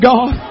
God